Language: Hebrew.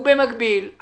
ובמקביל,